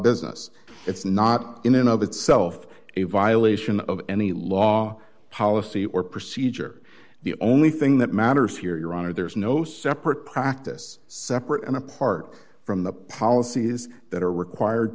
business it's not in and of itself a violation of any law policy or procedure the only thing that matters here your honor there is no separate practice separate and apart from the policies that are required